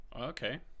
okay